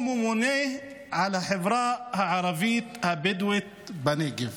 הוא ממונה על החברה הערבית הבדואית בנגב,